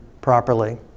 properly